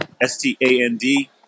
s-t-a-n-d